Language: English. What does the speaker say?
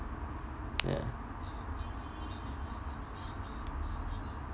ya